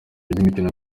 by’imikino